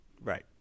Right